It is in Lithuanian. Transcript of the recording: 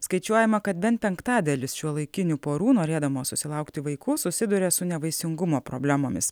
skaičiuojama kad bent penktadalis šiuolaikinių porų norėdamos susilaukti vaikų susiduria su nevaisingumo problemomis